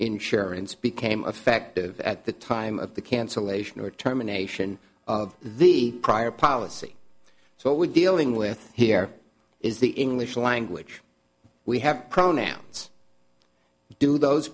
insurance became affective at the time of the cancellation or determination of the prior policy so what we're dealing with here is the english language we have pronouns do those